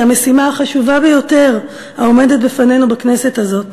המשימה החשובה ביותר העומדת בפנינו בכנסת הזאת.